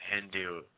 Hindu